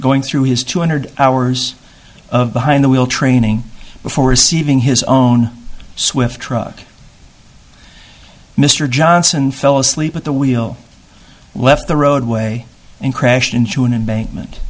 going through his two hundred hours of behind the wheel training before receiving his own swift truck mr johnson fell asleep at the wheel left the roadway and crashed into an embankment